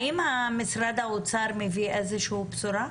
האם משרד האוצר מביא איזושהי בשורה?